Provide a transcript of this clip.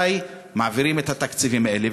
מתי מעבירים את התקציבים האלה,